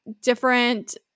different